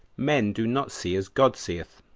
men do not see as god seeth.